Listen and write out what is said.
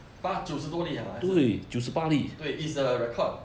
八九十多粒 ah 还是对 it's a record